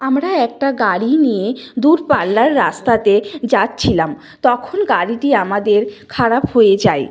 আমরা একটা গাড়ি নিয়ে দূরপাল্লার রাস্তাতে যাচ্ছিলাম তখন গাড়িটি আমাদের খারাপ হয়ে যায়